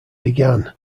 began